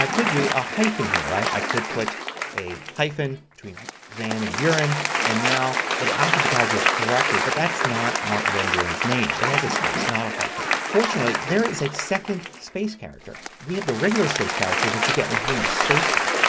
could do a hyphen here. right. i could put a hyphen between van and buren and now it alphabetizes correctly. but that's not martin van buren's name. it has a space. not a hyphen. fortunately there is a second space character. we have the regular space character that you get when hitting the spacebar.